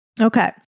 Okay